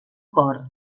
cor